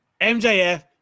MJF